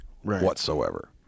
whatsoever